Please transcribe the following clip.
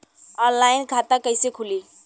Online खाता कइसे खुली?